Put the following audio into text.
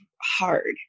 hard